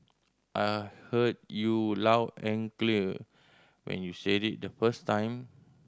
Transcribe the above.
I heard you loud and clear when you said it the first time